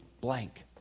blank